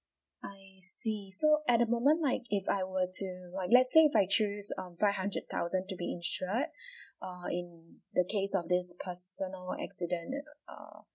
I see so at the moment like if I were to like let's say if I choose um five hundred thousand to be insured err in the case of this personal accident err